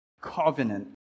covenant